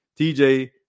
TJ